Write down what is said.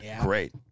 Great